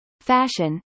fashion